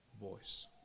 voice